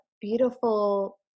beautiful